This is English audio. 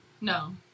No